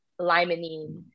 limonene